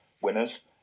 winners